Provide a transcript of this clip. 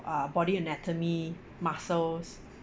uh body anatomy muscles